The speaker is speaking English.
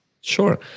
Sure